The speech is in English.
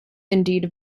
indeed